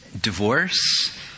divorce